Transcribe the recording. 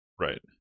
right